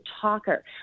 talker